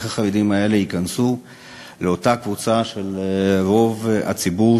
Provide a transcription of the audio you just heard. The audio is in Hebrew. איך החרדים האלה ייכנסו לאותה קבוצה של רוב הציבור,